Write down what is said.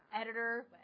editor